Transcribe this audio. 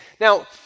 Now